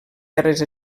terres